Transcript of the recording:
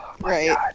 Right